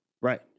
right